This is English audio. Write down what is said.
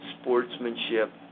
sportsmanship